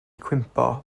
cwympo